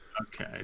Okay